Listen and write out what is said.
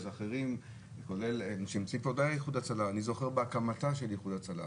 אני זוכר את הקמתה של איחוד והצלה.